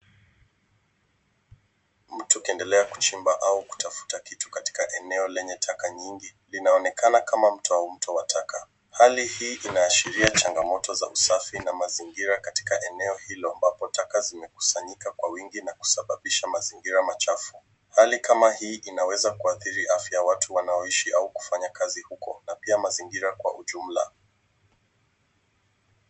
Mtu akiendelea kuchimba au kutafuta kitu katika eneo lenye taka nyingi. Linaonekana kama mtoa wa taka. Hali hii inahashiria changamoto za usafi na mazingira katika eneo hilo, ambapo taka zimekusanyika kwa wingi na kusababisha mazingira machafu. Hali kama hii inaweza kuadhiri afya ya watu wanaoishi au kufanya kazi huko, na pia mazingira kwa ujumla.